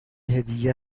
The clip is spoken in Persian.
هدیه